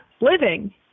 living